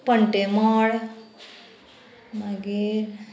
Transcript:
पण्टेमळ मागीर